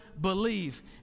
believe